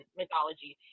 mythology